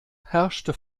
herrschte